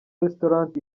restaurant